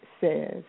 Says